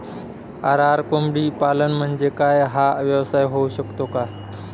RR कोंबडीपालन म्हणजे काय? हा व्यवसाय होऊ शकतो का?